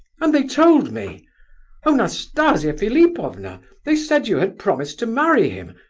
and they told me oh, nastasia philipovna they said you had promised to marry him,